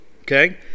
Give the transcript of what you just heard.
Okay